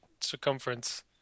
circumference